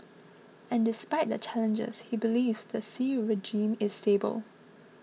and despite the challenges he believes the Ci regime is stable